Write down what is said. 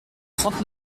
trente